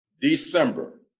December